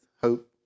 hope